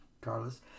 Carlos